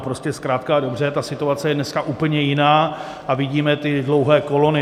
Prostě zkrátka a dobře ta situace je dneska úplně jiná a vidíme ty dlouhé kolony.